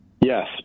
Yes